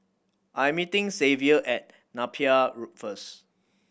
I am meeting Xavier at Napier first